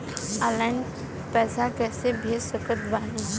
Online पैसा कैसे भेज सकत बानी?